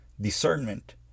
discernment